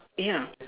ya